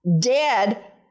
dead